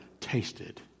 tasted